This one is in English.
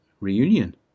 Reunion